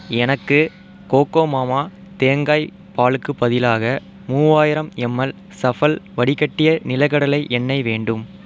எனக்கு கோகோமாமா தேங்காய் பாலுக்கு பதிலாக மூவாயிரம் எம்எல் ஸஃபல் வடிகட்டிய நிலக்கடலை எண்ணெய் வேண்டும்